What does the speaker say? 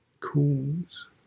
cause